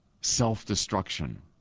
self-destruction